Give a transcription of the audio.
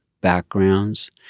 backgrounds